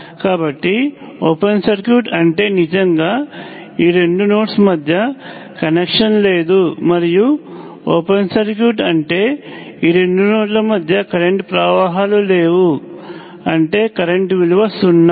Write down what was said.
కాబట్టి open circuit అంటే నిజంగా ఈ రెండు నోడ్స్ మధ్య కనెక్షన్ లేదు మరియు ఓపెన్ సర్క్యూట్ అంటే ఈ రెండు నోడ్ల మధ్య కరెంట్ ప్రవాహాలు లేవు అంటే కరెంట్ విలువ సున్నా